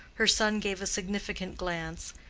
her son gave a significant glance,